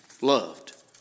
loved